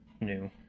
new